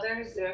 others